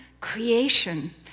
creation